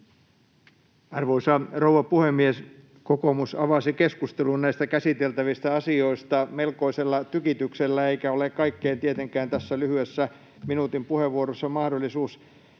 Arvoisa rouva puhemies! Kokoomus avasi keskustelun näistä käsiteltävistä asioista melkoisella tykityksellä, eikä ole kaikkeen tietenkään tässä lyhyessä, minuutin puheenvuorossa mahdollisuus